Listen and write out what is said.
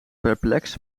perplex